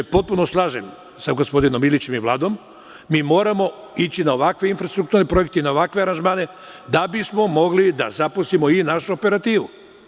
Potpuno se slažem sa gospodinom Ilićem i Vladom, moramo ići na ovakve infrastrukturne projekte i na ovakve aranžmane, da bismo mogli da zaposlimo i našu operativu.